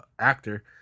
actor